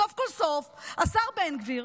סוף-כל-סוף השר בן גביר,